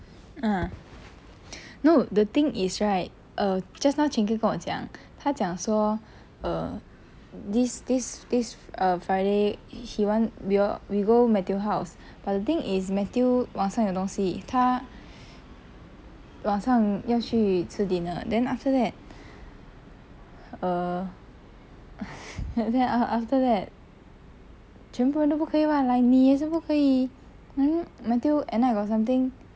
ah no the thing is right err just now chin keng 跟我讲他讲说 err this this this err friday he~ he want we all we go matthew house but the thing is matthew 晚上有东西他晚上要去吃 dinner then after that err after that after that 全部人都不可以 [what] like 你也是不可以 mm matthew at night got something